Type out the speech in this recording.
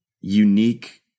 unique